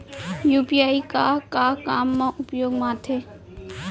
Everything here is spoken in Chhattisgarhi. यू.पी.आई का का काम मा उपयोग मा आथे?